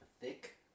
thick